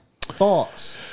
thoughts